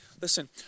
Listen